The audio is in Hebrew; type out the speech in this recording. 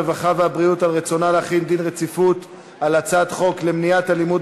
הרווחה והבריאות על רצונה להחיל דין רציפות על הצעת חוק למניעת אלימות